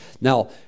now